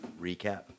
Recap